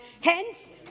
Hence